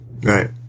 Right